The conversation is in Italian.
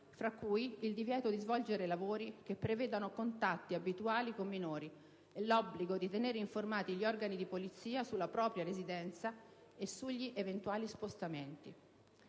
fra cui il divieto di svolgere lavori che prevedano contatti abituali con minori e l'obbligo di tenere informati gli organi di polizia sulla propria residenza e sugli eventuali spostamenti.